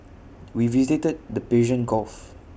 we visited the Persian gulf